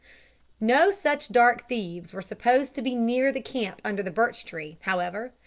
no such dark thieves were supposed to be near the camp under the birch-tree, however,